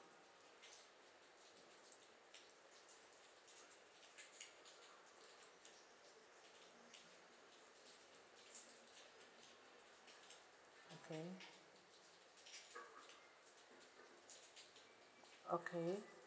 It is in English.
okay okay